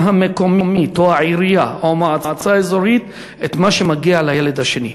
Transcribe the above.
המקומית או מהעירייה או מהמועצה האזורית את מה שמגיע לילד השני.